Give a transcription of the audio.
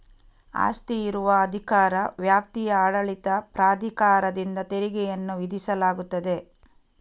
ಆಸ್ತಿ ಇರುವ ಅಧಿಕಾರ ವ್ಯಾಪ್ತಿಯ ಆಡಳಿತ ಪ್ರಾಧಿಕಾರದಿಂದ ತೆರಿಗೆಯನ್ನು ವಿಧಿಸಲಾಗುತ್ತದೆ